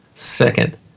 Second